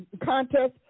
contest